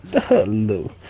Hello